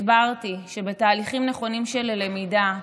הסברתי שבתהליכים נכונים של למידה,